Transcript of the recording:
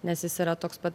nes jis yra toks pat